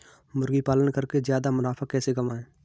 मुर्गी पालन करके ज्यादा मुनाफा कैसे कमाएँ?